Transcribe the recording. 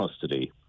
custody